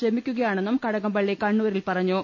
ശ്രമിക്കുക യാണെന്നും കടകംപള്ളി കണ്ണൂരിൽ പറഞ്ഞു